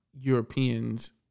Europeans